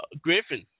Griffin